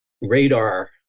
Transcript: radar